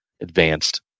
advanced